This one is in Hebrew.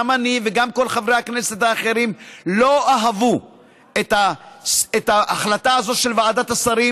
גם אני וגם כל חברי הכנסת האחרים לא אהבו את ההחלטה הזאת של ועדת השרים,